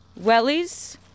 wellies